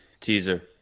teaser